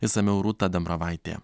išsamiau rūta dambravaitė